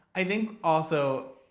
i think, also,